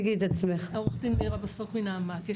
אני מנעמ"ת.